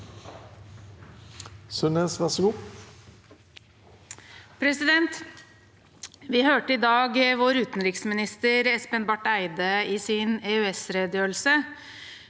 Vi hørte i dag vår utenriksminister Espen Barth Eide i sin EØS-redegjørelse